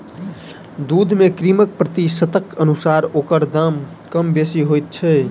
दूध मे क्रीमक प्रतिशतक अनुसार ओकर दाम कम बेसी होइत छै